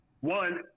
One